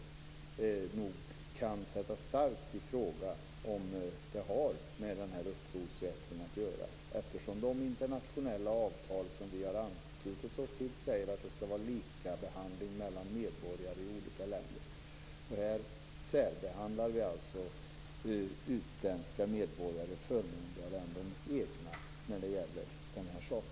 Det kan nog starkt ifrågasättas om det har med denna upphovsrätt att göra, eftersom det i de internationella avtal som vi har anslutit oss till sägs att det skall vara likabehandling mellan medborgare i olika länder. Men här särbehandlar vi alltså utländska medborgare förmånligare än de egna när det gäller denna sak.